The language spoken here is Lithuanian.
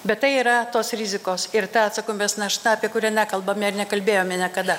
bet tai yra tos rizikos ir ta atsakomybės našta apie kurią nekalbame ir nekalbėjome niekada